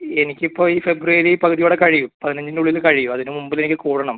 എനിക്ക് ഇപ്പോൾ ഈ ഫെബ്രുവരി പകുതിയോടെ കഴിയും പതിനഞ്ചിൻ്റെ ഉള്ളിൽ കഴിയും അതിന് മുമ്പിൽ എനിക്ക് കൂടണം